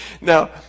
Now